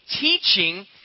teaching